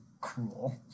cruel